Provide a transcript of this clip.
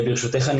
ברשותך,